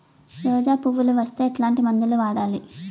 రోజా పువ్వులు వస్తే ఎట్లాంటి మందులు వాడాలి?